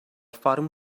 fòrum